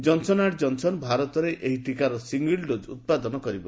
Johnson and Johnson ଭାରତରେ ଏହି ଟିକାର ସିଙ୍ଗିଲ୍ ଡୋକ୍ ଉତ୍ପାଦନ କରିବ